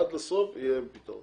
עד הסוף יהיה להם פתרון.